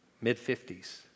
mid-50s